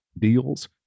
deals